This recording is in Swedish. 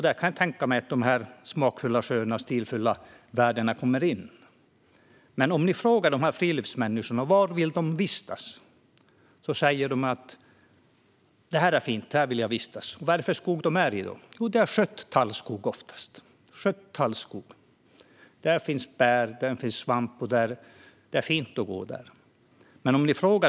Där kan jag tänka mig att de smakfulla, sköna och stilfulla värdena kommer in. Men om ni frågar friluftsmänniskorna var de vill vistas säger de: Det här är fint. Här vill vi vistas. Vad är det då för skog de är i? Jo, det är oftast skött tallskog. Där finns bär. Där finns svamp. Det är fint att gå där.